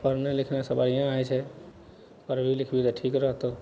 पढ़ने लिखने सँ बढ़िआँ हेतौ पढ़बही लिखबही तऽ ठीक रहतौ